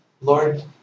Lord